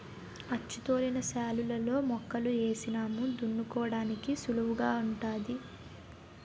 అచ్చుతోలిన శాలులలో మొక్కలు ఏసినాము దున్నుకోడానికి సుళువుగుంటాది